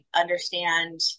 understand